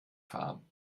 fahren